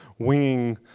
winging